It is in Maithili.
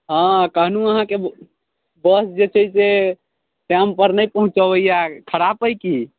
हँ कहलहुँ अहाँकेँ बस जे छै से टाइम पर नहि पहुँचबैया खराप अइ की